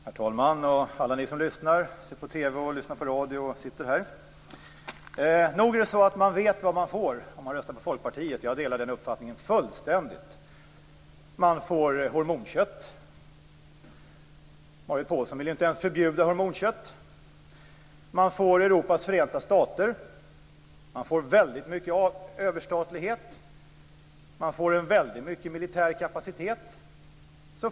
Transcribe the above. Herr talman! Alla ni som lyssnar på radio, ser på TV eller sitter här! Nog vet man vad man får om man röstar på Folkpartiet, jag delar den uppfattningen fullständigt. Man får hormonkött - inte ens Marit Paulsen vill förbjuda hormonkött. Man får Europas förenta stater. Man får väldigt mycket av överstatlighet. Man får en väldigt stor militär kapacitet.